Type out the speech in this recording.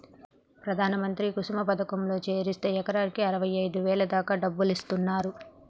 ప్రధాన మంత్రి కుసుమ పథకంలో చేరిస్తే ఎకరాకి అరవైఐదు వేల దాకా డబ్బులిస్తున్నరు